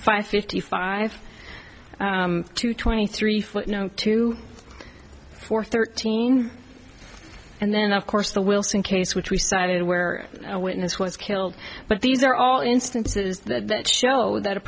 five fifty five two twenty three footnote two for thirteen and then of course the wilson case which we cited where a witness was killed but these are all instances that show that